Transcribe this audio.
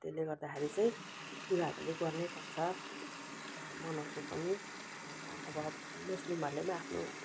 त्यसले गर्दाखेरि चाहिँ यो हामीले गर्नै पर्छ मनाउँछौँ पनि अब मुस्लिमहरूले पनि आफ्नो